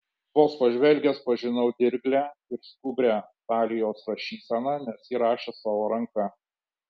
vos pažvelgęs pažinau dirglią ir skubrią talijos rašyseną nes ji rašė savo ranka